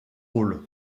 rôle